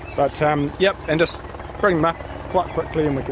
but um yeah and just bring them up quite quickly and like